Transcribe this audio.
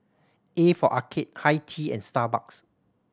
A for Arcade Hi Tea and Starbucks